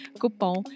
cupom